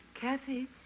Kathy